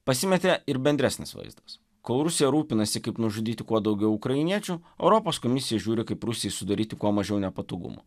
pasimetė ir bendresnis vaizdas kol rusija rūpinasi kaip nužudyti kuo daugiau ukrainiečių europos komisija žiūri kaip rusijai sudaryti kuo mažiau nepatogumų